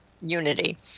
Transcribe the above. unity